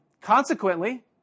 consequently